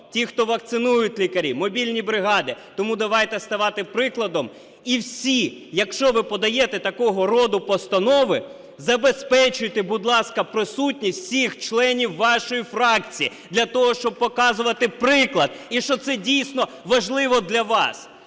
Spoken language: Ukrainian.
ті, хто вакцинують лікарі, мобільні бригади. Тому давайте ставати прикладом і всі, якщо ви подаєте такого роду постанови забезпечуйте, будь ласка, присутність всіх членів вашої фракції, для того, щоб показувати приклад і що це дійсно важливо для вас.